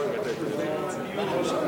השרה המייצגת את הממשלה,